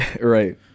Right